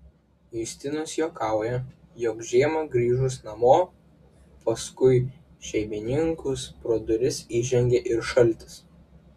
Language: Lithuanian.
justinas juokauja jog žiemą grįžus namo paskui šeimininkus pro duris įžengia ir šaltis